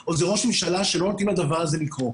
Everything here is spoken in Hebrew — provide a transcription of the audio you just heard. או שזה ראש ממשלה שלא נותנים לדבר הזה לקרות.